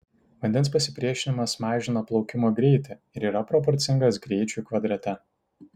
vandens pasipriešinimas mažina plaukimo greitį ir yra proporcingas greičiui kvadrate